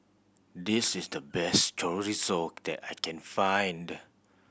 this is the best Chorizo that I can find